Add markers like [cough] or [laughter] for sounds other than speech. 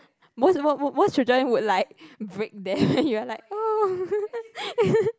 most mo~ most children would like break them you are like !oh! [laughs]